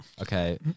Okay